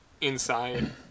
inside